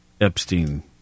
Epstein